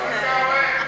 אתה רואה?